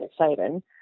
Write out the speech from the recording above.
exciting